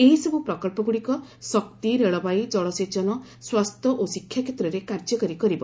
ଏହିସବୁ ପ୍ରକଳ୍ପଗୁଡ଼ିକ ଶକ୍ତି ରେଳବାଇ ଜଳସେଚନ ସ୍ୱାସ୍ଥ୍ୟ ଓ ଶିକ୍ଷା କ୍ଷେତ୍ରରେ କାର୍ଯ୍ୟକାରୀ କରିବ